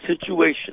situation